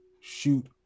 shoot